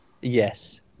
Yes